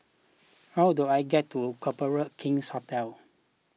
how do I get to Copthorne King's Hotel